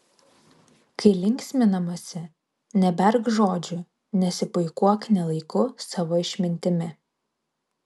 kai linksminamasi neberk žodžių nesipuikuok ne laiku savo išmintimi